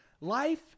Life